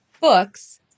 books